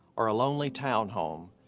or a lonely town home,